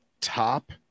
top